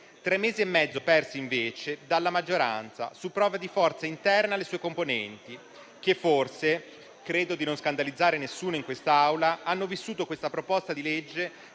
tre mesi e mezzo persi invece dalla maggioranza, su prove di forza interne alle sue componenti, che forse - credo di non scandalizzare nessuno in quest'Aula - hanno vissuto questa proposta di legge